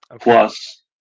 Plus